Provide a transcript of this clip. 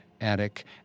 attic